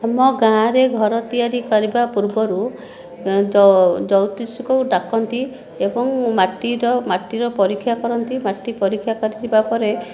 ଆମ ଗାଁରେ ଘର ତିଆରି କରିବା ପୂର୍ବରୁ ଜ୍ୟୋତିଷକୁ ଡାକନ୍ତି ଏବଂ ମାଟିର ମାଟିର ପରୀକ୍ଷା କରନ୍ତି ମାଟି ପରୀକ୍ଷା କରିଥିବା ପରେ